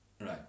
Right